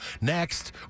Next